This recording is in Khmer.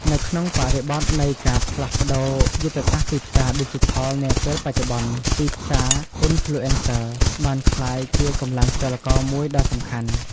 នៅក្នុងបរិបទនៃការផ្លាស់ប្ដូរយុទ្ធសាស្ត្រទីផ្សារឌីជីថលនាពេលបច្ចុប្បន្ន ទីផ្សារ Influencer បានក្លាយជាកម្លាំងចលករមួយដ៏សំខាន់។